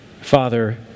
Father